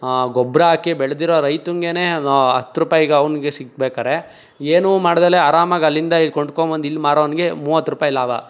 ಗೊಬ್ರ ಹಾಕಿ ಬೆಳ್ದಿರೋ ರೈತನಿಗೇ ಅದು ಹತ್ತರುಪಾಯ್ಗೆ ಅವ್ನಿಗೆ ಸಿಗ್ಬೇಕಾದ್ರೆ ಏನೂ ಮಾಡ್ದೆಯೇ ಆರಾಮಾಗಿ ಅಲ್ಲಿಂದ ಕೊಂಡ್ಕೊಂಬಂದು ಇಲ್ಲಿ ಮಾರೋನಿಗೆ ಮೂವತ್ರುಪಾಯಿ ಲಾಭ